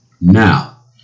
Now